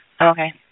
Okay